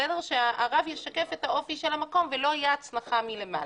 שהרב ישקף את האופי של המקום ולא יהיה הצנחה מלמעלה,